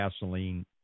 gasoline